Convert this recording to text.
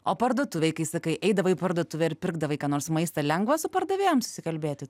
o parduotuvėj kai sakai eidavai į parduotuvę ir pirkdavai ką nors maistą lengva su pardavėjom susikalbėti